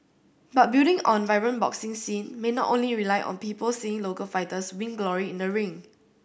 but building a vibrant boxing scene may not only rely on people seeing local fighters win glory in the ring